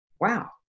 wow